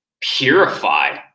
purify